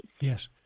Yes